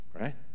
right